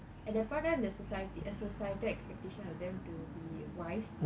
at the point of time the society the societal expectations of them to be wives